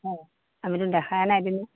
অ আমিতো দেখাই নাই এদিনো